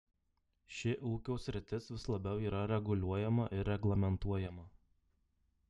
ši ūkio sritis vis labiau yra reguliuojama ir reglamentuojama